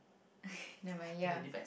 nevermind ya